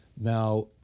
Now